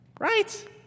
Right